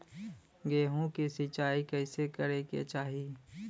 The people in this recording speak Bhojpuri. गेहूँ के सिंचाई कइसे करे के चाही?